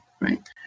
right